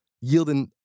yielding